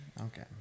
Okay